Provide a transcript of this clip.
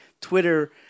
Twitter